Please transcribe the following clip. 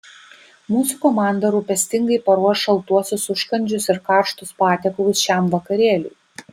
mūsų komanda rūpestingai paruoš šaltuosius užkandžius ir karštus patiekalus šiam vakarėliui